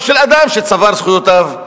או של אדם שצבר זכויותיו,